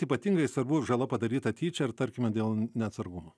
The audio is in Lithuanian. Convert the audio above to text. ypatingai svarbu žala padaryta tyčia ar tarkime dėl neatsargumo